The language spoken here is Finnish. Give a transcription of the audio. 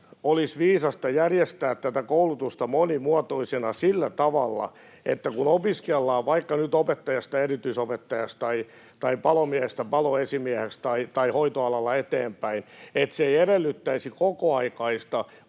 olisi viisasta järjestää tätä koulutusta monimuotoisena sillä tavalla, että kun opiskellaan vaikka nyt opettajasta erityisopettajaksi tai palomiehestä paloesimieheksi tai hoitoalalla eteenpäin, se ei edellyttäisi kokoaikaista